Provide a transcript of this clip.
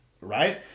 Right